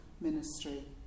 ministry